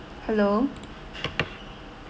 hello